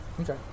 Okay